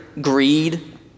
greed